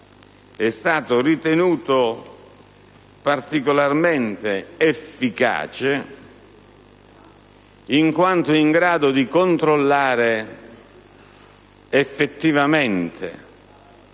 è stato ritenuto particolarmente efficace, in quanto è in grado di controllare effettivamente